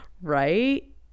Right